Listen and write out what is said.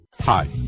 Hi